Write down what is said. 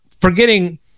forgetting